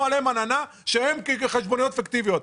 עליהם עננה שהם עם חשבוניות פיקטיביות?